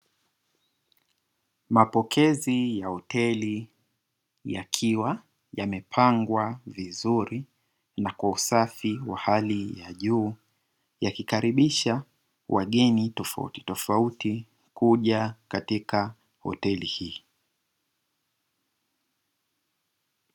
Mapokezi ya hoteli yakiwa yamepangwa vizuri na kwa usafi wa hali ya juu yakikaribisha wageni tofauti tofauti kuja katika hoteli hii.